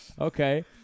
okay